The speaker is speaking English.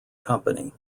company